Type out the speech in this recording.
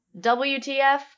WTF